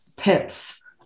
pits